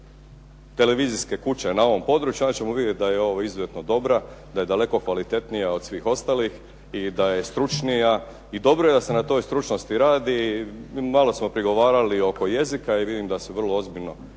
televizijske kuće na ovom području, onda ćemo vidjeti da je ovo izuzetno dobra, da je daleko kvalitetnija od svih ostalih i da je stručnija. I dobro je da se na toj stručnosti radi. Malo smo prigovarali oko jezika i vidim da su vrlo ozbiljno